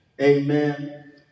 Amen